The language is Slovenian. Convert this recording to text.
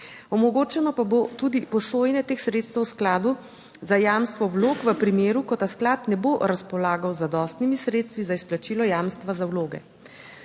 Omogočeno pa bo tudi posojanje teh sredstev v skladu za jamstvo vlog v primeru, ko ta sklad ne bo razpolagal z zadostnimi sredstvi za izplačilo jamstva za vloge.